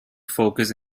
focus